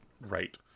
right